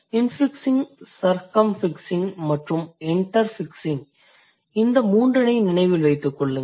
infixing circumfixing மற்றும் interfixing இந்த மூன்றினை நினைவில் வைத்துக் கொள்ளுங்கள்